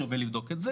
שווה לבדוק את זה